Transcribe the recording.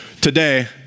Today